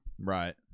Right